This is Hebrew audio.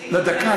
דקה,